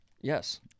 Yes